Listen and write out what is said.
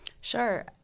Sure